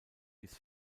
bis